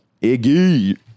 Iggy